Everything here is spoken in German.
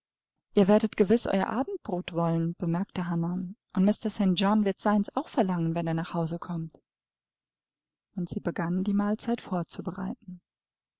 ihr werdet gewiß euer abendbrot wollen bemerkte hannah und mr st john wird seins auch verlangen wenn er nach hause kommt und sie begann die mahlzeit vorzubereiten